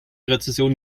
rezension